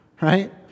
right